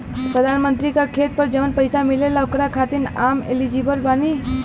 प्रधानमंत्री का खेत पर जवन पैसा मिलेगा ओकरा खातिन आम एलिजिबल बानी?